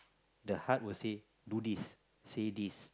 the heart will say do this say this